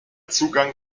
zugang